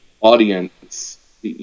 audience